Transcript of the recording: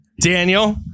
Daniel